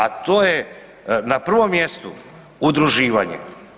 A to je na prvom mjestu udruživanje.